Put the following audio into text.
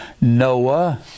Noah